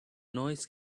noise